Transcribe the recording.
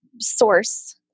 source